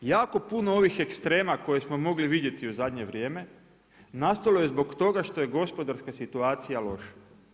Jako puno ovih ekstrema koje smo mogli vidjeti u zadnje vrijeme, nastalo je zbog toga što je gospodarska situacija loša.